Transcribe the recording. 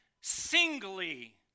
singly